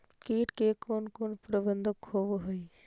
किट के कोन कोन प्रबंधक होब हइ?